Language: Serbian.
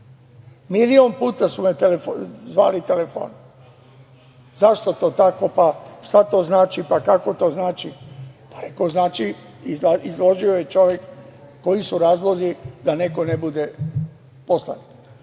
Milion puta su me zvali telefonom. Zašto to tako? Šta to znači? Pa, kako to znači? Pa, rekoh znači izložio je čovek koji su razlozi da neko ne bude